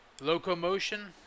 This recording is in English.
Locomotion